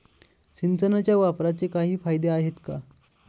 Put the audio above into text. सिंचनाच्या वापराचे काही फायदे आहेत का?